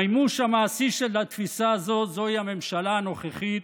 המימוש המעשי של התפיסה הזו הוא הממשלה הנוכחית,